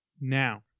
now